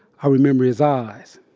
i remember his eyes.